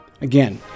Again